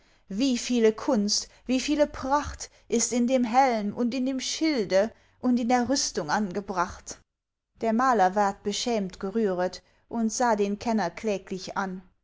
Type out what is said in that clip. wie viele kunst wie viele pracht ist in dem helm und in dem schilde und in der rüstung angebracht der maler ward beschämt gerühret und sah den kenner kläglich an